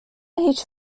هیچ